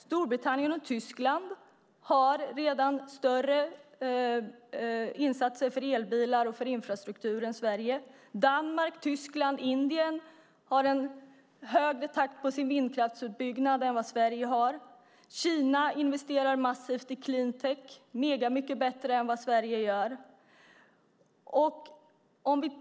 Storbritannien och Tyskland gör redan större insatser för elbilar och för infrastruktur än Sverige. Danmark, Tyskland och Indien har en högre takt i sin vindkraftsutbyggnad än vad Sverige har. Kina investerar massivt i cleantec - megamycket bättre än vad Sverige gör.